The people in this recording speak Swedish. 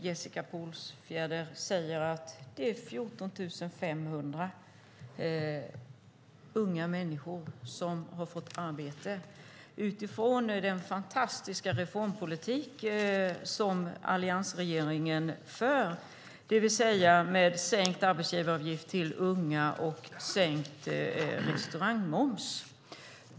Jessica Polfjärd säger att det är 14 500 unga människor som har fått arbete tack vare den fantastiska reformpolitik som alliansregeringen för, det vill säga med sänkt arbetsgivaravgift för unga och sänkt restaurangmoms.